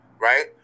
right